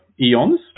eons